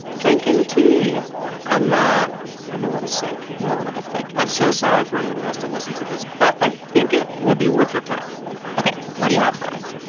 drinking tea i'm ah i'm a little sick you're a little bit sick i'm so sorry for anyone who has to listen to this, but i think it will be worth your time ok. what do you have for us?